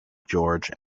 george